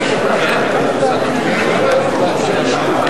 של קבוצת סיעת חד"ש לסעיף 98,